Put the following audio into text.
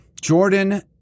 Jordan